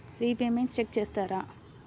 Repayments check చేస్తారా?